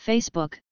Facebook